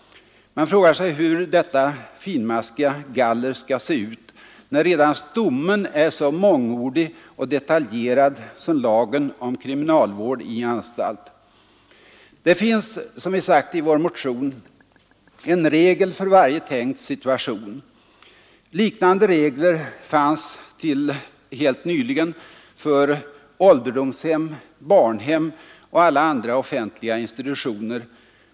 Man frågar sig hur detta finmaskiga galler skall se ut när redan stommen är så mångordig och detaljerad som lagen om kriminalvård i anstalt. Som vi sagt i vår motion finns det en regel för varje tänkt situation. Liknande regler fanns till helt nyligen för ålderdomshem, barnhem och alla andra offentliga institutioner.